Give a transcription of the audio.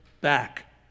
back